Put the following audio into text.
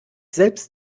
selbst